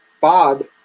Bob